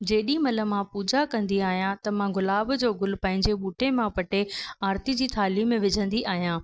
जेॾीमहिल मां पूॼा कंदी आहियां त मां गुलाब जो गुल पंहिंजे ॿूटे मां पटे आरिती जी थाली में विझंदी आहियां